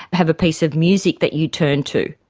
have a piece of music that you turn to.